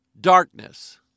darkness